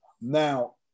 Now